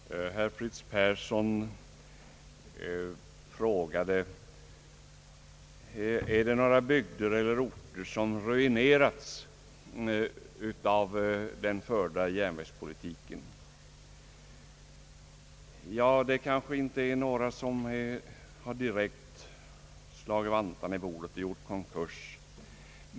Herr talman! Herr Fritz Persson frågade: Är det några bygder eller orter som ruineras av den förda järnvägspolitiken? Ja, det är kanske inte några som direkt slagit vantarna i bordet och gjort konkurs.